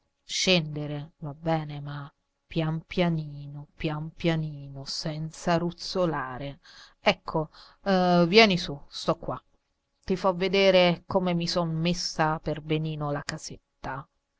scendere va bene ma pian pianino pian pianino senza ruzzolare ecco vieni su sto qua ti fo vedere come mi son messa per benino la casetta